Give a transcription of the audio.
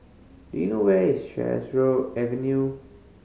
do you know where is Sheares Avenue